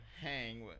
hang